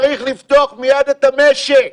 צריך לפתוח מיד את המשק.